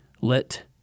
let